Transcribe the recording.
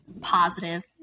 positive